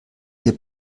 hier